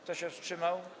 Kto się wstrzymał?